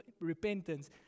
repentance